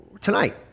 Tonight